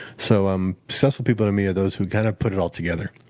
so um successful people to me are those who kind of put it all together.